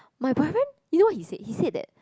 my boyfriend you know he said he said that